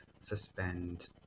suspend